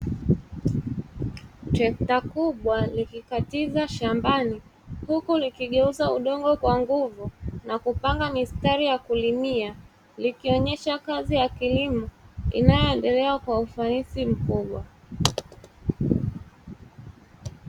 Trekta kubwa likikatiza shambani, huku likigeuza udongo kwa nguvu na kupanga mistari ya kulimia; likionyesha kazi ya kilimo inayoendelea kwa ufanisi mkubwa.